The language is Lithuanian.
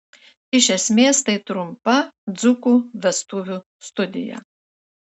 iš esmės tai trumpa dzūkų vestuvių studija